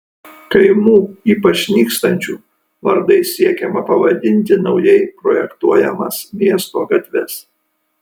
kaimų ypač nykstančių vardais siekiama pavadinti naujai projektuojamas miesto gatves